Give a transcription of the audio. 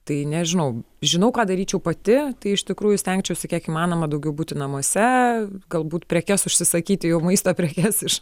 tai nežinau žinau ką daryčiau pati tai iš tikrųjų stengčiausi kiek įmanoma daugiau būti namuose galbūt prekes užsisakyti jau maisto prekes iš